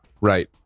right